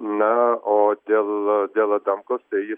na o dėl dėl adamkaus tai